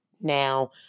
now